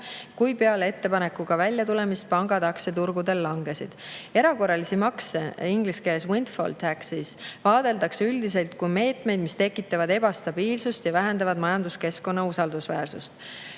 kui peale ettepanekuga väljatulemist pankade aktsiad turgudel langesid.[Selliseid] erakorralisi makse, inglise keeleswindfall taxes, vaadeldakse üldiselt kui meetmeid, mis tekitavad ebastabiilsust ja vähendavad majanduskeskkonna usaldusväärsust.